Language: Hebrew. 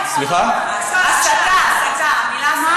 הסתה שגרמה לרצח.